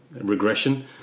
regression